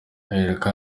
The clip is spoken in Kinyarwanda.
aherako